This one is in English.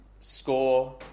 score